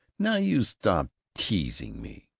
now, you stop teasing me!